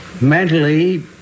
Mentally